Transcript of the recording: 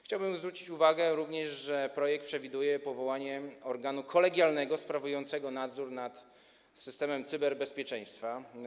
Chciałbym również zwrócić uwagę, że projekt przewiduje powołanie organu kolegialnego sprawującego nadzór nad systemem cyberbezpieczeństwa.